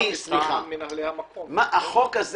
החוק הזה